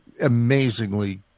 amazingly